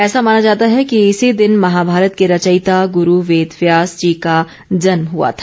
ऐसा माना जाता है कि इसी दिन महाभारत के रचयिता गुरु वेद व्यास जी का जन्म हुआ था